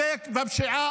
מפגינים.